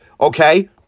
okay